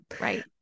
Right